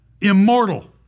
immortal